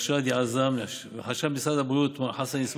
שאדי עזאם וחשב משרד הבריאות מר חסן איסמעיל.